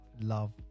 love